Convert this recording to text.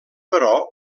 però